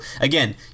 again